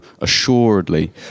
assuredly